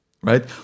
right